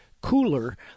cooler